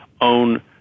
own